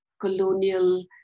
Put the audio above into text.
colonial